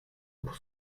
pour